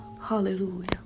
Hallelujah